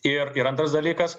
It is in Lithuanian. ir ir antras dalykas